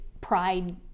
pride